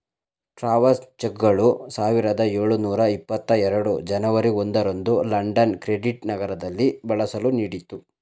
travels ಚೆಕ್ಗಳನ್ನು ಸಾವಿರದ ಎಳುನೂರ ಎಪ್ಪತ್ತ ಎರಡು ಜನವರಿ ಒಂದು ರಂದು ಲಂಡನ್ ಕ್ರೆಡಿಟ್ ನಗರದಲ್ಲಿ ಬಳಸಲು ನೀಡಿತ್ತು